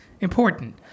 important